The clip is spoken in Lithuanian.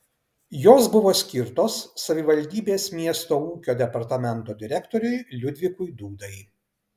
jos buvo skirtos savivaldybės miesto ūkio departamento direktoriui liudvikui dūdai